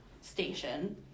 station